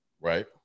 Right